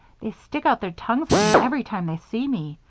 they stick out their tongues at me every time they see me,